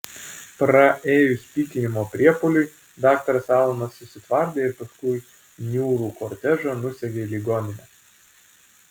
praėjus pykinimo priepuoliui daktaras alanas susitvardė ir paskui niūrų kortežą nusekė į ligoninę